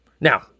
Now